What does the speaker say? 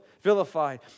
vilified